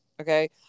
Okay